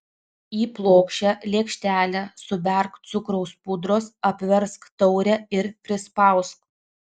į plokščią lėkštelę suberk cukraus pudros apversk taurę ir prispausk